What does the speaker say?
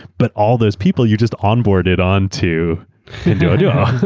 but all those people you just onboarded on to pinduoduo.